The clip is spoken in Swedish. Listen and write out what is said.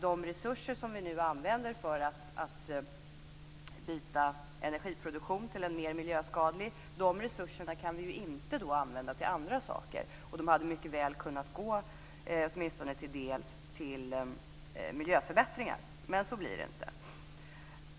De resurser som vi nu använder för att byta energiproduktion till en mer miljöskadlig kan vi nämligen inte använda till andra saker. De hade mycket väl kunnat gå åtminstone till miljöförbättringar. Men så blir det inte.